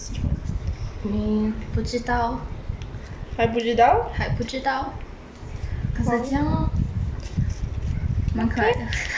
I mean 不知道还不知道可是这样哦蛮可爱的